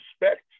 respect